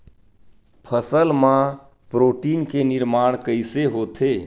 फसल मा प्रोटीन के निर्माण कइसे होथे?